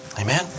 Amen